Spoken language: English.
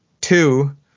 two